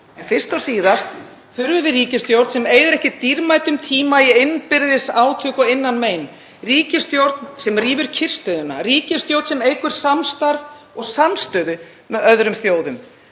fyrst og síðast þurfum við ríkisstjórn sem eyðir ekki dýrmætum tíma í innbyrðisátök og innanmein, ríkisstjórn sem rýfur kyrrstöðuna, ríkisstjórn sem eykur samstarf og samstöðu með öðrum þjóðum,